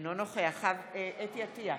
אינו נוכח חוה אתי עטייה,